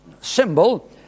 symbol